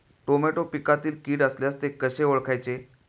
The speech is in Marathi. टोमॅटो पिकातील कीड असल्यास ते कसे ओळखायचे?